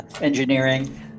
engineering